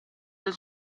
del